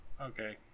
Okay